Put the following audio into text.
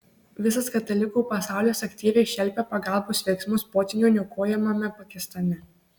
visas katalikų pasaulis aktyviai šelpia pagalbos veiksmus potvynių niokojamame pakistane